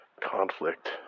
conflict